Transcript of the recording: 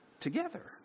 together